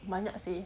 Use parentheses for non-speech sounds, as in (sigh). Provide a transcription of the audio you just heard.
banyak seh (noise)